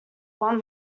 one